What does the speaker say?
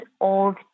old